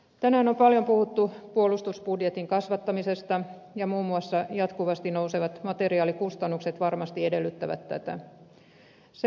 tänään on paljon puhuttu puolustusbudjetin kasvattamisesta ja muun muassa jatkuvasti nousevat materiaalikustannukset varmasti edellyttävät tätä